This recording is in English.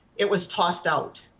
it was tossed out.